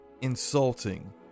insulting